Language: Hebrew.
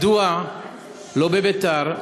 מדוע בביתר,